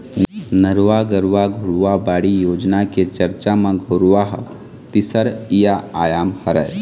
नरूवा, गरूवा, घुरूवा, बाड़ी योजना के चरचा म घुरूवा ह तीसरइया आयाम हरय